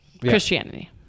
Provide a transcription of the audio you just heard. Christianity